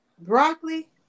broccoli